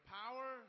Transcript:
power